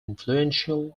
influential